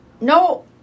No